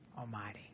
Almighty